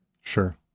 Sure